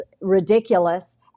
ridiculous